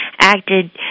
acted